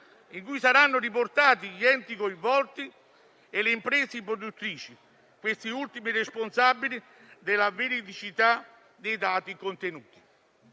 sito saranno riportati gli enti coinvolti e le imprese produttrici, queste ultimi responsabili della veridicità dei dati contenuti.